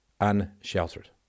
unsheltered